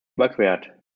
überquert